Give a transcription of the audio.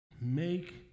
Make